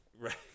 Right